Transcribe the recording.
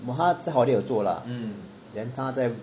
but 她在 holiday 有做 lah then 她在